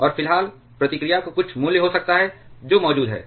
और फिलहाल प्रतिक्रिया का कुछ मूल्य हो सकता है जो मौजूद है